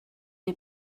neu